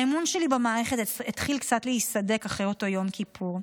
האמון שלי במערכת התחיל קצת להיסדק אחרי אותו יום כיפור.